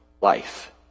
life